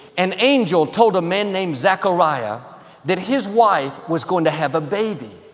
an angel told a man named zechariah that his wife was going to have a baby.